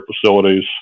facilities